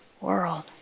world